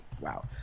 wow